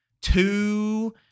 Two